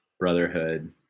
brotherhood